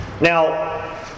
Now